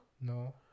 No